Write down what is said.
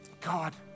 God